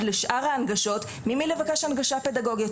לשאר ההנגשות ממי לבקש הנגשה פדגוגיות,